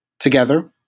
Together